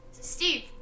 Steve